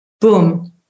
boom